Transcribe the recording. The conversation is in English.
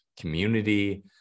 community